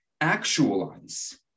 actualize